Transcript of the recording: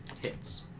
hits